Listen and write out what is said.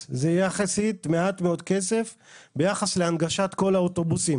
זה מעט מאוד כסף ביחס להנגשת כל האוטובוסים